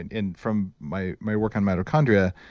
and and from my my work on mitochondria,